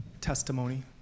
testimony